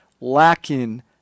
lacking